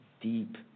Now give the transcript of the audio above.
deep